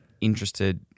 interested